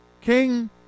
king